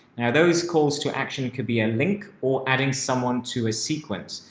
now those calls to action, could be a link or adding someone to a sequence.